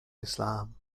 islam